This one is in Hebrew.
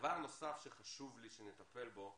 דבר נוסף שחשוב לי שנטפל בו,